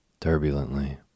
Turbulently